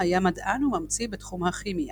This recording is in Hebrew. היה מדען וממציא בתחום הכימיה,